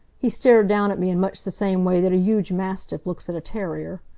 he stared down at me in much the same way that a huge mastiff looks at a terrier.